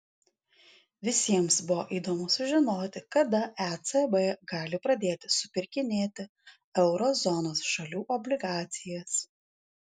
visiems buvo įdomu sužinoti kada ecb gali pradėti supirkinėti euro zonos šalių obligacijas